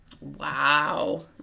Wow